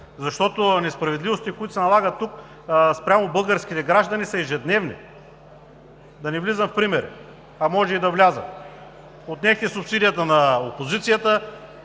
защото несправедливостите, които се налагат тук спрямо българските граждани, са ежедневни. Да не влизам в примери, а може и да вляза – отнехте субсидията на опозицията